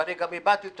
ואני גם הבעתי את